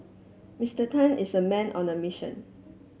Mister Tan is a man on the mission